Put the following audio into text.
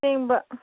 ꯑꯁꯦꯡꯕ